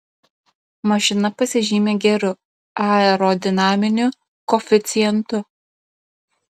mašina pasižymi geru aerodinaminiu koeficientu